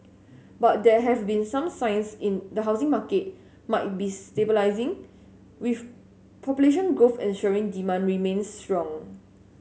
but there have been some signs in the housing market might be stabilising with population growth ensuring demand remains strong